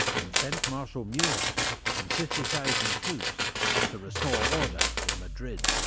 and sent marshal murat and fifty thousand troops to restore order in madrid.